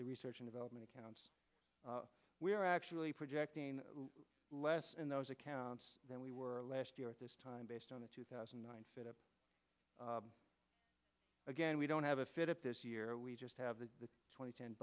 the research in development accounts we are actually projecting less in those accounts than we were last year at this time based on the two thousand and nine set up again we don't have a fit this year we just have the twenty ten